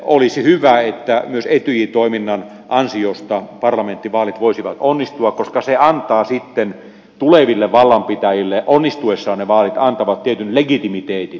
olisi hyvä että myös etyj toiminnan ansiosta parlamenttivaalit voisivat onnistua koska ne vaalit antavat sitten tuleville vallanpitäjille onnistuessaan tietyn legitimiteetin